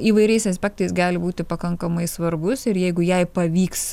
įvairiais aspektais gali būti pakankamai svarbus ir jeigu jai pavyks